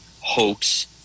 hoax